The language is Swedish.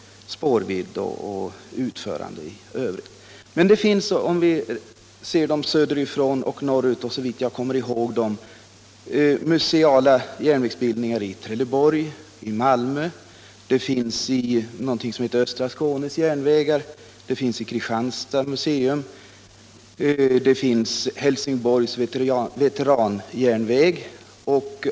Om vi ser söderifrån norrut kan vi lägga märke till museal järnvägsverksamhet i Trelleborg och Malmö. Det finns Östra Skånes järnvägar, det finns ett järnvägsmuseum i Kristianstad och så finns Helsingborgs veteranjärnväg.